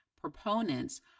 proponents